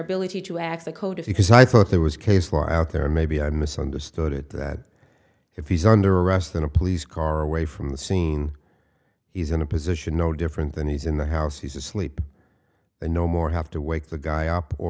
ability to actually code if you can say i thought there was case law out there maybe i misunderstood it that if he's under arrest in a police car away from the scene he's in a position no different than he's in the house he's asleep and no more have to wake the guy up or